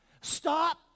Stop